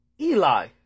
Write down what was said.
Eli